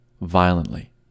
Violently